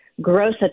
gross